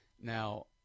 Now